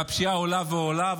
והפשיעה עולה ועולה.